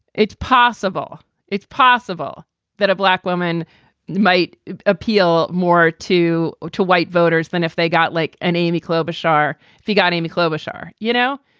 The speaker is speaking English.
it's possible it's possible that a black woman might appeal more to to white voters than if they got like an amy klobuchar if you got amy klobuchar, you know,